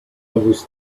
was